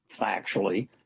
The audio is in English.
factually